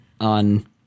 on